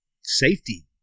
safety